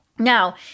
Now